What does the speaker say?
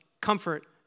comfort